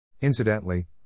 Incidentally